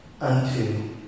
unto